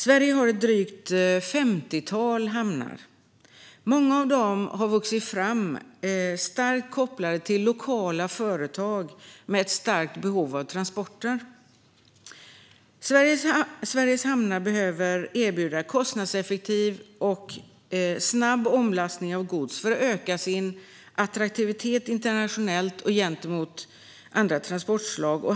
Sverige har ett drygt femtiotal hamnar. Många av dem har vuxit fram starkt kopplade till lokala företag med ett starkt behov av transporter. Sveriges hamnar behöver erbjuda kostnadseffektiv och snabb omlastning av gods för att öka sin attraktivitet internationellt och gentemot andra transportslag.